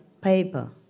paper